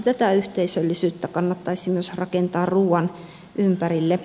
tätä yhteisöllisyyttä kannattaisi myös rakentaa ruuan ympärille